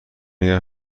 نگه